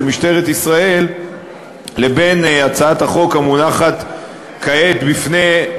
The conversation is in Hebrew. משטרת ישראל לבין הצעת החוק המונחת כעת בפני,